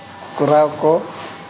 ᱠᱚᱨᱟᱣ ᱠᱚ